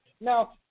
Now